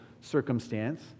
circumstance